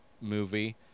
movie